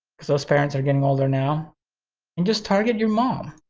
cause those parents are getting older now and just target your mom,